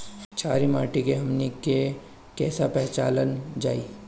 छारी माटी के हमनी के कैसे पहिचनल जाइ?